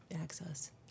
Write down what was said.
access